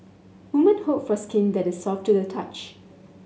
women hope for skin that is soft to the touch